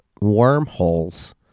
wormholes